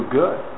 good